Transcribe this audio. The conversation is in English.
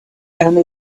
only